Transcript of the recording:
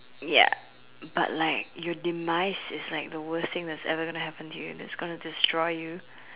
ya but like your demise is like the worst thing that is ever going to happen to you its like going to destroy you